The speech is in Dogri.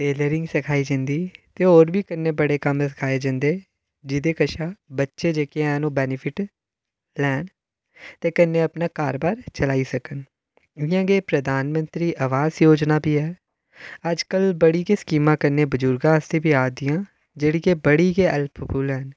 टेलरिंग सखाई जंदी ते होर बी बड़े कम्म सखाए जंदे जेह्दे कशा बच्चे जेह्के हैन ओह् वैनीफिट लैन ते कन्नै अपना कारोबार चलाई सकन इ'यां गै प्रधानमैंतरी आवास योजना बी ऐ अजकल बड़ी गै स्कीमां कन्नै बजुर्गें आस्तै बी आ दियां जेह्के बड़ी गै हैल्पफुल ऐ